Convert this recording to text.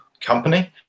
company